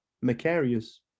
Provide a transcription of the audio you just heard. Macarius